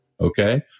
okay